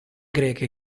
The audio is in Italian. greche